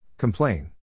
Complain